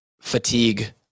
fatigue